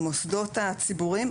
המוסדות הציבוריים,